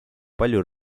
palju